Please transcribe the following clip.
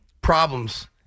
Problems